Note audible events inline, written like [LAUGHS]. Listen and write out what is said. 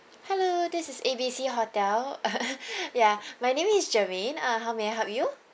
hello this is A B C hotel [LAUGHS] ya my name is germaine uh how may I help you